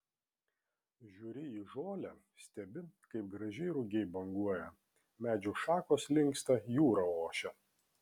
žiūri į žolę stebi kaip gražiai rugiai banguoja medžių šakos linksta jūra ošia